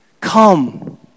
Come